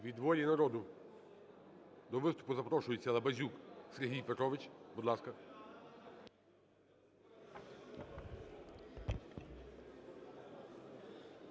Від "Волі народу" до виступу запрошується Лабазюк Сергій Петрович. Будь ласка.